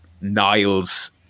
Niles